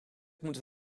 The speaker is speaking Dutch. moeten